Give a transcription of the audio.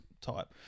type